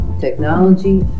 technology